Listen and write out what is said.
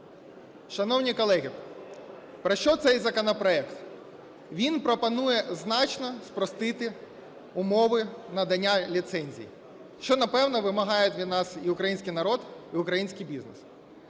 Шановні колеги! Про що цей законопроект? Він пропонує значно спростити умови надання ліцензій. Що, напевно, вимагають від нас і український народ і український бізнес.